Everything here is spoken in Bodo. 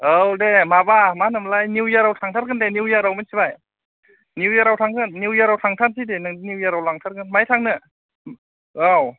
औ दे माबा मा होनो मोनलाय निउ इयार आव थांथारगोन दे निउ इयार याव मिनथिबाय निउ इयारयाव थांगोन निउ इयार याव थांथारनोसै दे नों निउ इयार याव लांथारगोन माहाय थांनो औ